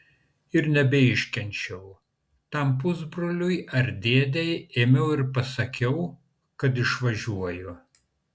ir nebeiškenčiau tam pusbroliui ar dėdei ėmiau ir pasisakiau kad išvažiuoju